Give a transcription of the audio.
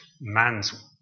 man's